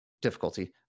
difficulty